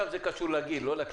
זה משהו שלא חשבנו עליו.